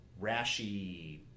Rashi